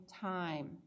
time